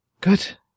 Good